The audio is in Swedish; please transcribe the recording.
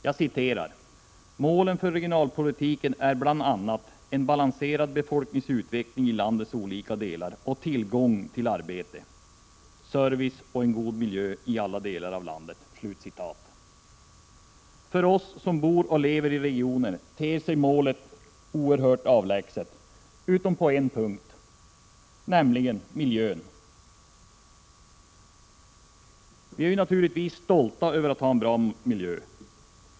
Jag citerar: ”Målen för regionalpolitiken är bl.a. en balanserad befolkningsutveckling i landets olika delar och tillgång till arbete, service och en god miljö i alla delar av landet.” För oss som bor och lever i regionen ter sig målet avlägset utom på en punkt, nämligen miljön. Den är vi naturligtvis stolta över.